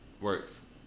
Works